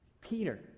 Peter